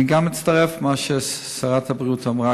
אני גם מצטרף למה ששרת הבריאות אמרה